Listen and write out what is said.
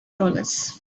dollars